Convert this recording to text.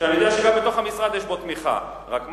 אני יודע שגם בתוך המשרד יש תמיכה בו, רק מה?